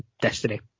destiny